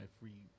free